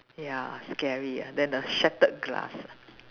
ya scary then the shattered glass